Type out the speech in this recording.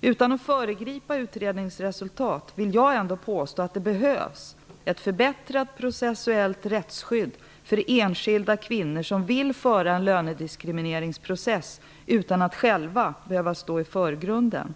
Utan att föregripa utredningens resultat vill jag ändå påstå att det behövs ett förbättrat processuellt rättsskydd för enskilda kvinnor som vill föra en lönediskrimineringsprocess utan att själva behöva stå i förgrunden.